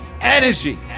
energy